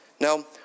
Now